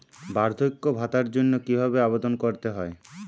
বার্ধক্য ভাতার জন্য কিভাবে আবেদন করতে হয়?